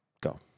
Go